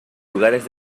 lugares